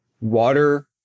water